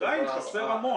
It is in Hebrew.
עדיין חסר המון.